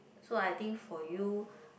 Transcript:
so I think for you